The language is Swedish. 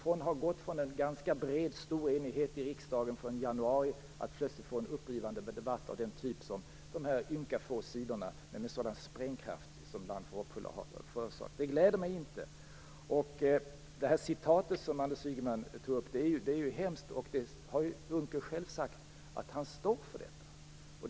Vi har gått från en ganska bred enighet i riksdagen i januari till att plötsligt få en upprivande debatt på grund av några ynka få sidor med en sådan sprängkraft som Land för hoppfulla har förorsakat. Det gläder mig inte. Det citat som Anders Ygeman läste upp är hemskt. Unckel har själv sagt att han står för detta.